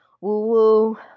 Woo-woo